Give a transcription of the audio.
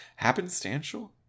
happenstantial